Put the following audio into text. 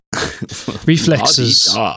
reflexes